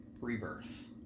Rebirth